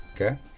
Okay